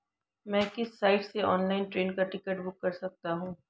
मैं किस साइट से ऑनलाइन ट्रेन का टिकट बुक कर सकता हूँ?